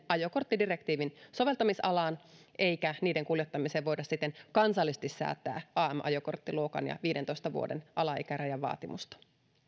ajokorttidirektiivin soveltamisalaan eikä niiden kuljettamiseen voida siten kansallisesti säätää am ajokorttiluokan ja viidentoista vuoden alaikärajavaatimusta